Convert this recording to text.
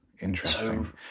Interesting